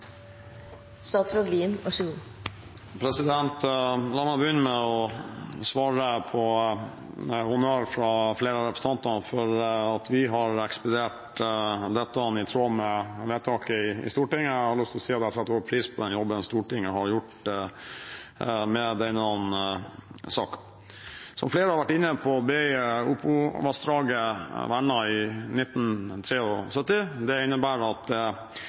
La meg begynne med å takke for honnør fra flere av representantene for at vi har ekspedert dette i tråd med vedtaket i Stortinget. Jeg har lyst til å si at jeg også setter stor pris på den jobben som Stortinget har gjort med denne saken. Som flere har vært inne på, ble Opovassdraget vernet i 1973. Det innebærer at